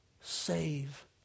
save